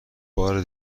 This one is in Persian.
بار